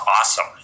awesome